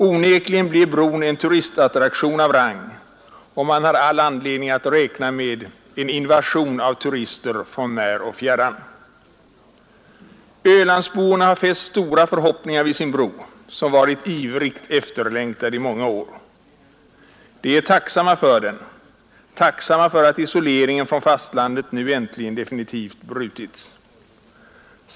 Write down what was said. Onekligen blir bron en turistattraktion av rang, och man har all anledning att räkna med en invasion av turister från när och fjärran. Ölandsborna har fäst stora förhoppningar vid sin bro, som varit ivrigt efterlängtad i många år. De är tacksamma för den, tacksamma för att isoleringen från fastlandet nu äntligen definitivt brutits.